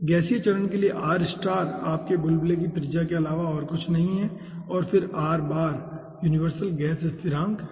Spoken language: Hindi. गैसीय चरण के लिए r आपके बुलबुले की त्रिज्या के अलावा और कुछ नहीं है और फिर यूनिवर्सल गैस स्थिरांक है